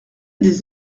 des